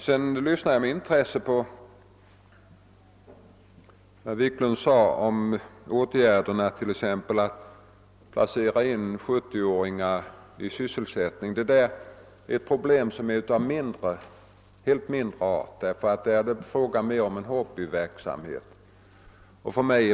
Jag lyssnade med intresse på vad herr Wiklund sade om att placera in 70-åringar i sysselsättning. Det problemet är emellertid av mindre art eftersom det då mera är fråga om hobbyverksamhet.